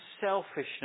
selfishness